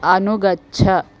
अनुगच्छ